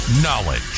Knowledge